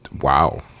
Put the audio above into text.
wow